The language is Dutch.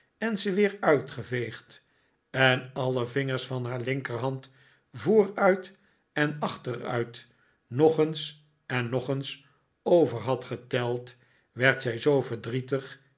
en ze weer uitgeveegd en alle vingers van haar linke'rhand vooruit en achteruit nog eens en nog eens over had geteld werd zij zoo verdrietig